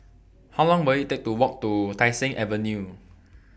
How Long Will IT Take to Walk to Tai Seng Avenue